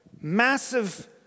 massive